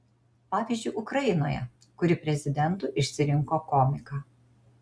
pavyzdžiui ukrainoje kuri prezidentu išsirinko komiką